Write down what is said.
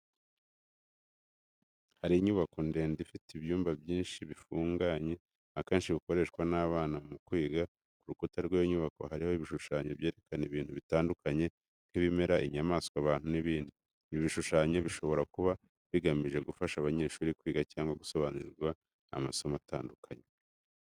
Hari inyubako ndende ifite ibyumba byinshi bifunganye, akenshi bikoreshwa n'abana mu kwiga. Ku rukuta rw'iyo nyubako harimo ibishushanyo byerekana ibintu bitandukanye nk'ibimera, inyamaswa, abantu, n'ibindi. Ibi bishushanyo bishobora kuba bigamije gufasha abanyeshuri kwiga cyangwa gusobanukirwa amasomo atandukanye.